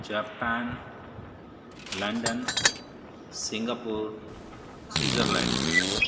Japan London Singapore Switzerland